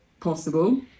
possible